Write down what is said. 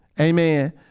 Amen